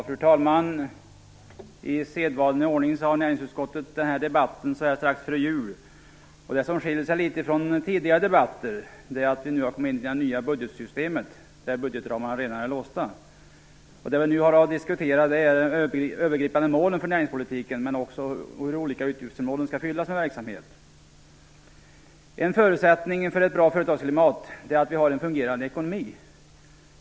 Fru talman! I sedvanlig ordning har näringsutskottet sin debatt strax före jul. Det som skiljer sig litet från tidigare debatter är att vi nu har kommit in i det nya budgetsystemet, där budgetramarna redan är låsta. Det vi nu har att diskutera är de övergripande målen för näringspolitiken, men också hur olika utgiftsområden skall fyllas med verksamhet. En förutsättning för ett bra företagsklimat är att vi har en fungerande ekonomi.